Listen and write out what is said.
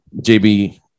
JB